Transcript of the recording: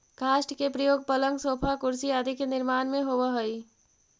काष्ठ के प्रयोग पलंग, सोफा, कुर्सी आदि के निर्माण में होवऽ हई